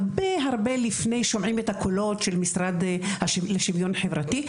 הרבה לפני שומעים את הקולות של המשרד לשוויון חברתי.